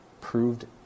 proved